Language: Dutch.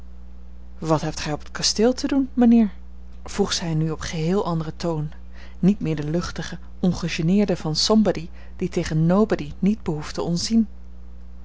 wat hebt gij op het kasteel te doen mijnheer vroeg zij nu op geheel anderen toon niet meer de luchtige ongegeneerde van somebody die zich tegen nobody niet behoeft te ontzien